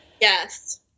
Yes